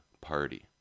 party